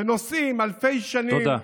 שנושאים אלפי שנים, תודה.